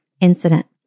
incident